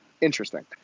Interesting